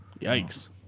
Yikes